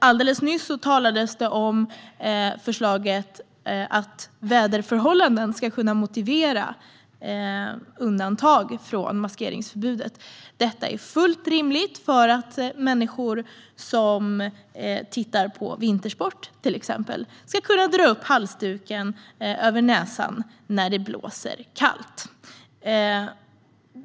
Alldeles nyss talades om förslaget att väderförhållanden ska kunna motivera undantag från maskeringsförbudet. Detta är fullt rimligt för att människor som ser på vintersport, till exempel, ska kunna dra upp halsduken över näsan när det blåser kallt.